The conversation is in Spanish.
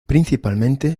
principalmente